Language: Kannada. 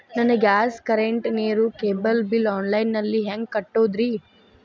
ನನ್ನ ಗ್ಯಾಸ್, ಕರೆಂಟ್, ನೇರು, ಕೇಬಲ್ ಬಿಲ್ ಆನ್ಲೈನ್ ನಲ್ಲಿ ಹೆಂಗ್ ಕಟ್ಟೋದ್ರಿ?